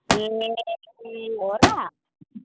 ए ए हो र